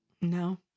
no